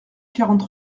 quarante